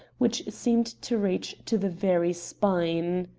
which seemed to reach to the very spine.